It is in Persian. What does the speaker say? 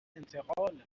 انتقال